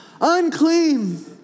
unclean